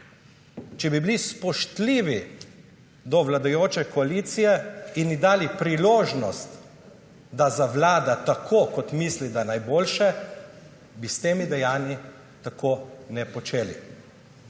Če bi bili spoštljivi do vladajoče koalicije in ji dali priložnost, da zavlada tako, kot misli, da je najboljše, bi s temi dejanji tako ne počeli